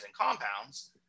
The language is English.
compounds